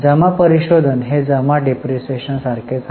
जमा परीशोधन हे जमा डिप्रीशीएशन सारखेच असते